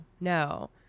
no